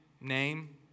name